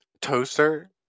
toaster